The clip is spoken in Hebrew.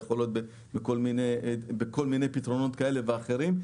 יכול להיות שבכל מיני פתרונות כאלה ואחרים,